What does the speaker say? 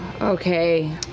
Okay